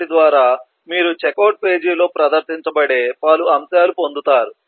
1 ద్వారా మీరు checkout page లో ప్రదర్శించబడే పలు అంశాలు పొందుతారు